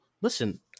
listen